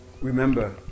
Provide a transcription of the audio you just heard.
remember